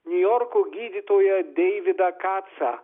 niujorko gydytoją deividą kacą